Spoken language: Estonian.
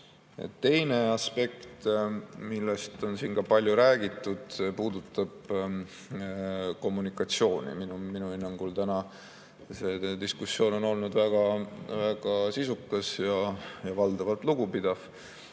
Teine aspekt, millest on siin ka palju räägitud, puudutab kommunikatsiooni. Minu hinnangul täna see diskussioon on olnud väga sisukas ja valdavalt lugupidav.